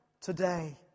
today